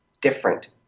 different